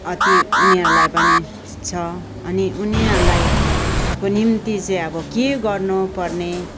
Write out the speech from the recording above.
अति उनीहरूलाई पनि छ अनि उनीहरूलाईको निम्ति चाहिँ अब के गर्नु पर्ने